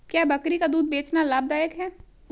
क्या बकरी का दूध बेचना लाभदायक है?